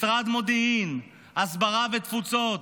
משרד מודיעין, הסברה ותפוצות.